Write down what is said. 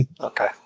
Okay